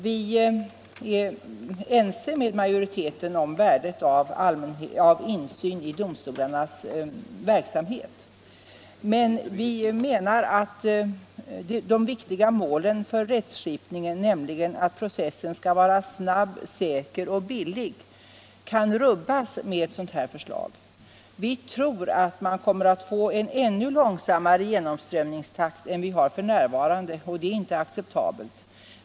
Vi är ense med majoriteten om värdet av insyn i domstolarnas verksamhet. Men vi menar att de viktiga målen för rättskipningen, nämligen att processen skall vara snabb, säker och billig, kan rubbas med ett sådant här förslag. Vi tror att man kommer att få en ännu långsammare genomströmningstakt än vi har f. n., och det är inte acceptabelt.